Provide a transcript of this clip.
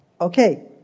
Okay